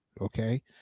Okay